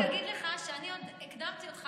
אז אני רק אגיד לך שאני עוד הקדמתי אותך